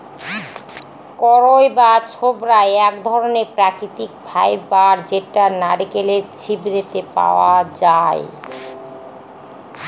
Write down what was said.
কইর বা ছবড়া এক ধরনের প্রাকৃতিক ফাইবার যেটা নারকেলের ছিবড়েতে পাওয়া যায়